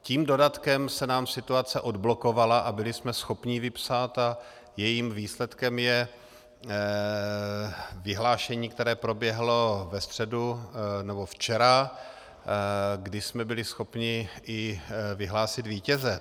Tím dodatkem se nám situace odblokovala a byli jsme schopni ji vypsat a jejím výsledkem je vyhlášení, které proběhlo ve středu, nebo včera, kdy jsme byli schopni i vyhlásit vítěze.